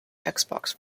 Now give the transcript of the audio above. xbox